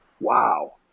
wow